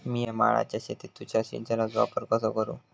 मिया माळ्याच्या शेतीत तुषार सिंचनचो वापर कसो करू?